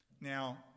Now